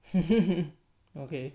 okay